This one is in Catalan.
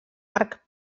arc